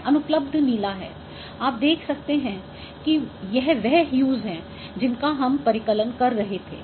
यह अनुपलब्ध नीला है आप देख सकते हैं कि यह वह ह्यूस हैं जिनका हम परिकलन कर रहे थे